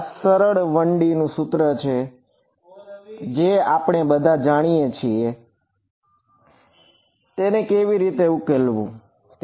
આ સરળ 1D નું સૂત્ર છે આપણે બધા જાણીએ છીએ કે તેને કેવી રીતે ઉકેલવું બરાબર